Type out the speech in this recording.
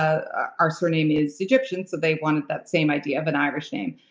ah our surname is egyptian, so they wanted that same idea of an irish name.